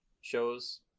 shows